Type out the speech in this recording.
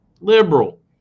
liberal